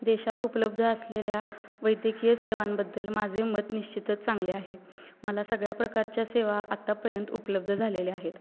देशात उपलब्ध असलेल्या वैद्यकीय सेवांबद्दल माझे मत निश्चितच चांगले आहे मला सगळ्या प्रकारच्या सेवा आत्तापर्यंत उपलब्ध झालेल्या आहेत